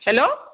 hello